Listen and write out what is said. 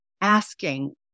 asking